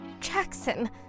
Jackson